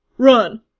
Run